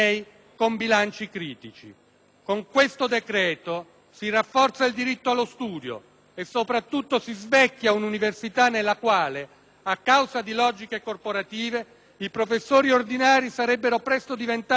inoltre, si rafforza il diritto allo studio e, soprattutto, si svecchia una università nella quale, a causa di logiche corporative, i professori ordinari sarebbero presto diventati più numerosi dei ricercatori.